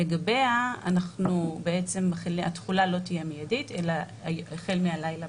לגביה התחולה לא תהיה מיידית אלא החל מהלילה